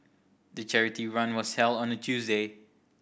the charity run was held on a Tuesday